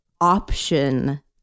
option